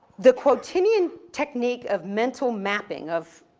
the protenian technique of mental mapping, of,